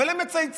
אבל הם מצייצים.